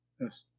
Yes